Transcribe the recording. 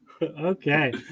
Okay